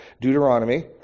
Deuteronomy